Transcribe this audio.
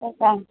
त्यही त